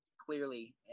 clearly